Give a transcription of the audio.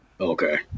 Okay